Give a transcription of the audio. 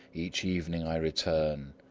each evening i return,